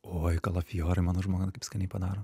oi kalafiorai mano žmona kaip skaniai padaro